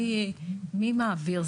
מי מעביר?